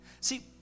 See